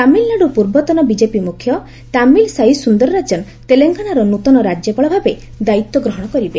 ତାମିଲନାଡ଼ୁ ପୂର୍ବତନ ବିଜେପି ମୁଖ୍ୟ ତାମିଲିସାଇ ସୁନ୍ଦରରାଜନ୍ ତେଲେଙ୍ଗାନାର ନୃତନ ରାଜ୍ୟପାଳଭାବେ ଦାୟିତ୍ୱ ଗ୍ରହଣ କରିବେ